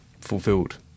fulfilled